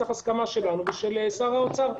צריך הסכמה שלנו ושל שר האוצר.